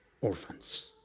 orphans